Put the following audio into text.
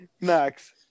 Max